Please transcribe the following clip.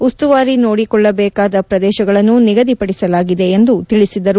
ಉಸ್ತುವಾರಿ ನೋಡಿಕೊಳ್ಳಬೇಕಾದ ಪ್ರದೇಶಗಳನ್ನು ನಿಗದಿಪಡಿಸಲಾಗಿದೆ ಎಂದು ತಿಳಿಸಿದರು